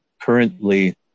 Currently